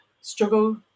struggle